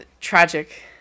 tragic